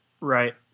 Right